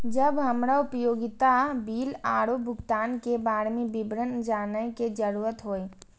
जब हमरा उपयोगिता बिल आरो भुगतान के बारे में विवरण जानय के जरुरत होय?